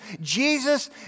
Jesus